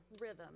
rhythm